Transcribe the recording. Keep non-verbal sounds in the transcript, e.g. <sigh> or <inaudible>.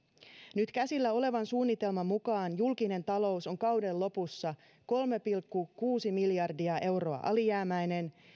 nyt käsillä olevan suunnitelman mukaan julkinen talous on kauden lopussa kolme pilkku kuusi miljardia euroa alijäämäinen <unintelligible> <unintelligible>